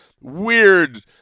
weird